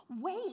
Wait